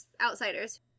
outsiders